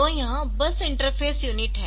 तोयह बस interface unit है